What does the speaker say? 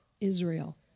Israel